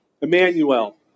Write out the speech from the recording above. Emmanuel